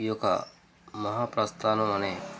ఈ యొక్క మహాప్రస్థానం అనే